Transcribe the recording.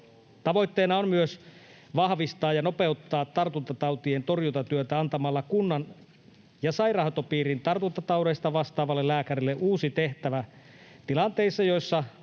Tavoitteena on myös vahvistaa ja nopeuttaa tartuntatautien torjuntatyötä antamalla kunnan ja sairaanhoitopiirin tartuntataudeista vastaavalle lääkärille uusi tehtävä tilanteissa, joissa